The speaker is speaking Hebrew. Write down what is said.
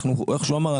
איך שהוא אמר,